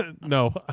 no